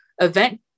event